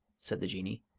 said the jinnee,